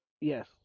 Yes